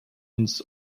uns